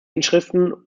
inschriften